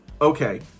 Okay